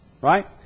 right